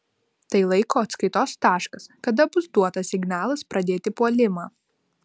tai laiko atskaitos taškas kada bus duotas signalas pradėti puolimą